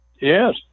Yes